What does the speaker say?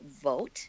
vote